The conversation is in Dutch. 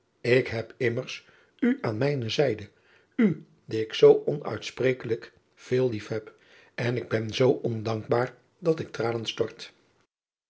k heb immers u aan mijne zijde u die ik zoo onuitsprekelijk veel lief heb en ik ben zoo ondankbaar dat ik tranen stort